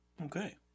Okay